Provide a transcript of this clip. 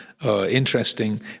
interesting